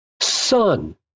son